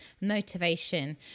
Motivation